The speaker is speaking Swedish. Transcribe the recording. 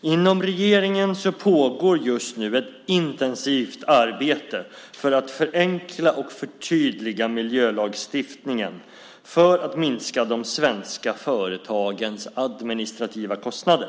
Inom regeringen pågår just nu ett intensivt arbete för att förenkla och förtydliga miljölagstiftningen för att minska de svenska företagens administrativa kostnader.